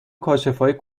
کاشفای